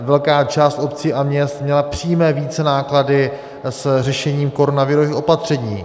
Velká část obcí a měst měla přímé vícenáklady s řešením koronavirových opatření.